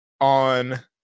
on